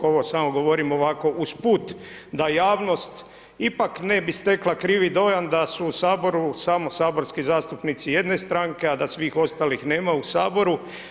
Ovo samo govorim ovako usput, da javnost ipak ne bi stekla krivi dojam da su u saboru samo saborski zastupnici jedne stranke, a da svih ostalih nema u Saboru.